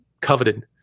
coveted